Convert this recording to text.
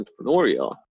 entrepreneurial